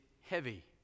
heavy